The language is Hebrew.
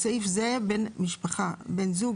(א) בסעיף זה "בן משפחה" בן זוג,